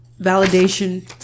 validation